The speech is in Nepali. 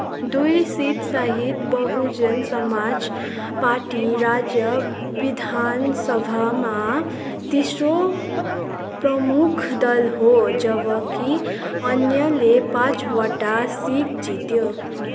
दुई सिटसहित बहुजन समाज पार्टी राज्य विधानसभामा तेस्रो प्रमुख दल हो जब कि अन्यले पाँचवटा सिट जित्यो